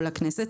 לכנסת,